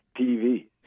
TV